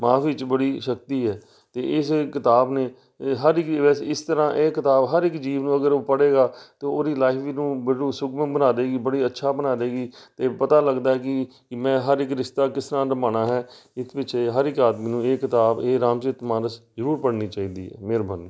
ਮਾਫ਼ੀ 'ਚ ਬੜੀ ਸ਼ਕਤੀ ਹੈ ਅਤੇ ਇਸ ਕਿਤਾਬ ਨੇ ਏ ਹਰ ਇੱਕ ਇਸ ਤਰ੍ਹਾਂ ਇਹ ਕਿਤਾਬ ਹਰ ਇੱਕ ਜੀਵ ਨੂੰ ਅਗਰ ਉਹ ਪੜ੍ਹੇਗਾ ਤਾਂ ਉਹਦੀ ਲਾਈਫ ਨੂੰ ਬੜੁ ਸੂਖਮ ਬਣਾ ਦੇਵੇਗੀ ਬੜੀ ਅੱਛਾ ਬਣਾ ਦੇਵੇਗੀ ਅਤੇ ਪਤਾ ਲੱਗਦਾ ਕਿ ਮੈਂ ਹਰ ਇੱਕ ਰਿਸ਼ਤਾ ਕਿਸ ਤਰਾਂ ਨਿਭਾਉਣਾ ਹੈ ਹਰ ਇੱਕ ਆਦਮੀ ਨੂੰ ਇਹ ਕਿਤਾਬ ਇਹ ਰਾਮਚਰਿਤ ਮਾਨਸ ਜ਼ਰੂਰ ਪੜ੍ਹਨੀ ਚਾਹੀਦੀ ਹੈ ਮੇਹਰਬਾਨੀ